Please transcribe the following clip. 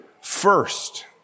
first